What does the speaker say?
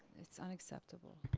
it's unacceptable.